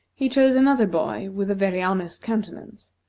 he chose another boy with a very honest countenance,